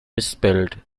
misspelled